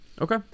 Okay